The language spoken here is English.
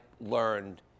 learned